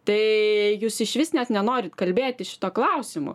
tai jūs išvis net nenorit kalbėti šituo klausimu